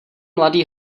mladý